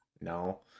no